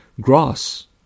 grass